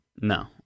no